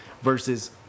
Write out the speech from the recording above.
versus